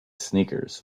sneakers